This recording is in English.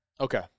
Okay